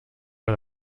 for